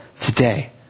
today